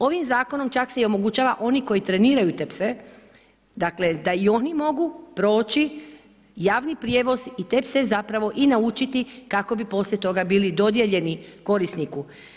Ovim zakonom čak se i omogućava oni koji treniraju te pse, dakle da i oni mogu proći javni prijevoz i te pse zapravo i naučiti kako bi poslije toga bili dodijeljeni korisniku.